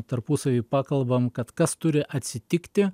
tarpusavy pakalbam kad kas turi atsitikti